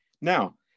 Now